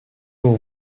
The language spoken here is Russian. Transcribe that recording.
был